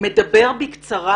מדבר בקצרה,